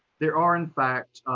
there are in fact